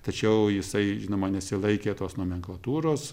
tačiau jisai žinoma nesilaikė tos nomenklatūros